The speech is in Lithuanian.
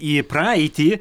į praeitį